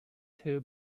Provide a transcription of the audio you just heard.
two